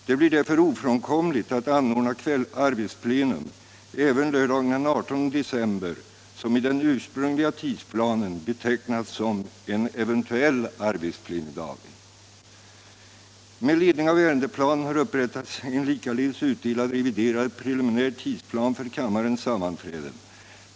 Det blir därför ofrånkomligt att anordna arbetsplenum även lördagen den 18 december, som i den ursprungliga tidsplanen betecknats som en eventuell arbetsplenidag. Med ledning av ärendeplanen har upprättats en likaledes utdelad reviderad preliminär tidsplan för kammarens sammanträden.